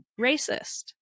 racist